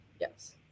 Yes